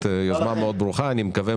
שמבחינתנו זה המסה הקריטית של הפוטנציאל,